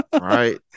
right